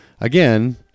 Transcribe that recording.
again